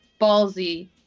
ballsy